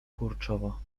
kurczowo